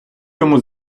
йому